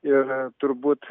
ir turbūt